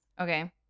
Okay